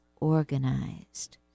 organized